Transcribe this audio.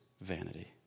vanity